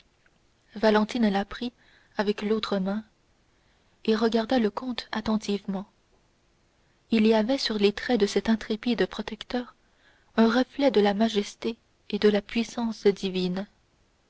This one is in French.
valentine la prit avec l'autre main et regarda le comte attentivement il y avait sur les traits de cet intrépide protecteur un reflet de la majesté et de la puissance divines